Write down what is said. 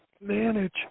manage